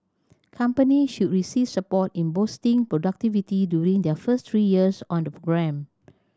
company should receive support in boosting productivity during their first three years on the programme